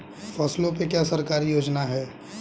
फसलों पे क्या सरकारी योजना है?